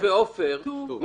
ועפר, תרשמו.